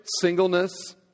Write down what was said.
singleness